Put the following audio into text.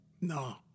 No